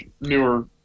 newer